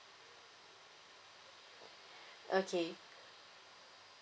okay